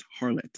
harlot